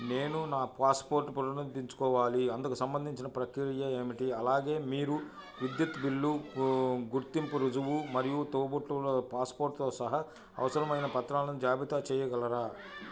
నేను నా పాస్పోర్ట్ పునరుద్ధరించుకోవాలి అందుకు సంబంధించిన ప్రక్రియ ఏమిటి అలాగే మీరు విద్యుత్ బిల్లు గుర్తింపు రుజువు మరియు తోబుట్టువుల పాస్పోర్ట్తో సహా అవసరమైన పత్రాలను జాబితా చెయ్యగలరా